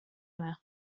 anar